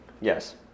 Yes